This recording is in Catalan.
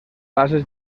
bases